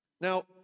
Now